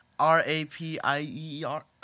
R-A-P-I-E-R